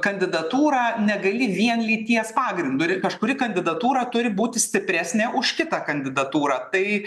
kandidatūrą negali vien lyties pagrindu ir kažkuri kandidatūra turi būti stipresnė už kitą kandidatūrą tai